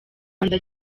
rwanda